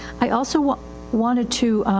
i also wanted to,